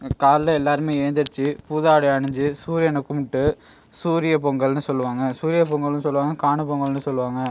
காலைல எல்லோருமே எழுந்திரிச்சி புது ஆடை அணிஞ்சி சூரியனை கும்பிட்டு சூரியப் பொங்கல்னு சொல்லுவாங்க சூரியப் பொங்கல்னும் சொல்லுவாங்க காணும் பொங்கல்னும் சொல்லுவாங்க